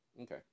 Okay